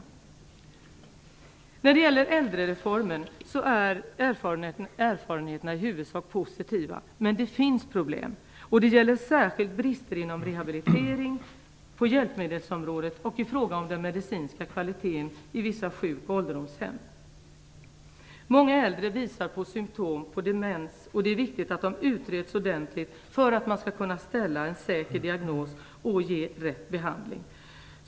Erfarenheterna av äldrereformen är i huvudsak positiva, men det finns problem. Det gäller särskilt brister inom rehabilitering, på hjälpmedelsområdet och i fråga om den medicinska kvaliteten på vissa sjuk och ålderdomshem. Många äldre visar symtom på demens. Det är viktigt att utreda ordentligt för att kunna ställa en säker diagnos och ge rätt behandling.